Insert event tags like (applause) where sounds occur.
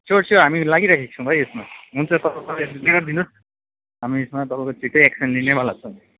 sure sure हामी लागिरहेको छौँ भाइ यसमा हुन्छ तपाईँको (unintelligible) दिनुहोस् हामी यसमा तपाईँको छिट्टै एक्सन लिनेवाला छौँ